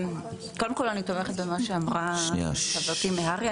קודם כל, אני תומכת במה שאמרה חברתי מהר"י.